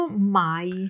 mai